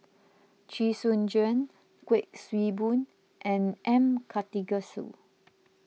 Chee Soon Juan Kuik Swee Boon and M Karthigesu